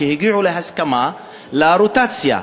שהגיעו להסכמה על רוטציה,